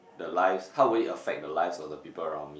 the lives how would it affect the lives of the people around me